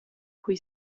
cui